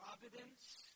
providence